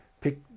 pick